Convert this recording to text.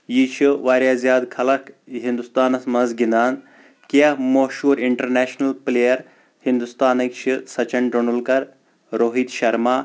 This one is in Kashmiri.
یہِ چھُ واریاہ زیادٕ خلق ہنٛدوستانس منٛز گنٛدان کیٚنٛہہ مشہوٗر انٹرنیشنل پِٕلیر ہنٛدوستانٕکۍ چھِ سچن ٹنڈولکر روہت شرما